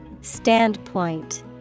Standpoint